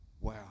Wow